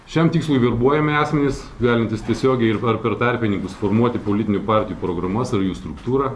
šiam tikslui verbuojami asmenys galintys tiesiogiai ar per tarpininkus formuoti politinių partijų programas ar jų struktūrą